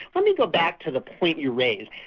let me go back to the point you raise,